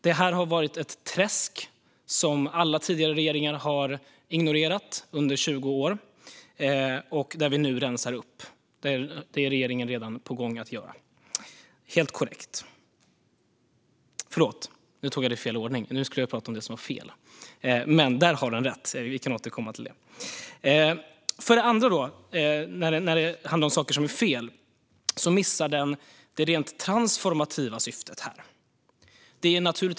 Detta har varit ett träsk som alla tidigare regeringar har ignorerat under 20 år. Nu rensar vi upp det. Det är regeringen redan på gång att göra - helt korrekt. Förlåt, nu tog jag det i fel ordning. Nu skulle jag ju prata om det som var fel. Men där har den rätt. Vi kan återkomma till det. För det andra, när det handlar om saker som är fel, missar den det rent transformativa syftet.